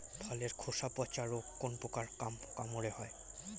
ফলের খোসা পচা রোগ কোন পোকার কামড়ে হয়?